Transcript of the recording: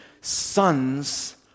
sons